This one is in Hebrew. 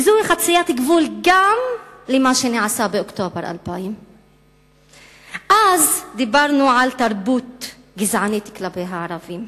וזאת חציית גבול גם למה שנעשה באוקטובר 2000. אז דיברנו על תרבות גזענית כלפי הערבים.